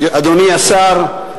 אדוני השר,